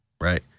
Right